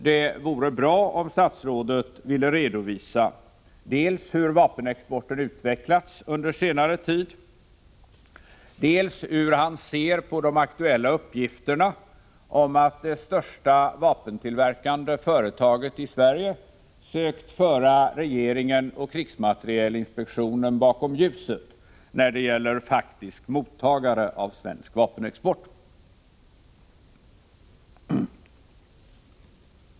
Det vore bra om statsrådet ville redovisa dels hur vapenexporten utvecklats under senare tid, dels hur statsrådet ser på de aktuella uppgifterna om att det största vapentillverkande företaget i Sverige sökt föra regeringen och krigsmaterielinspektionen bakom ljuset i fråga om faktisk mottagare av svensk vapenexport.